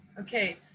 ok.